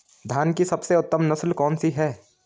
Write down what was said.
धान की सबसे उत्तम नस्ल कौन सी है?